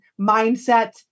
mindset